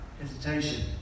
hesitation